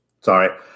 sorry